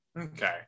Okay